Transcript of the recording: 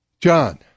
John